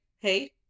Hey